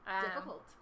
Difficult